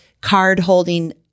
card-holding